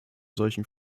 solchen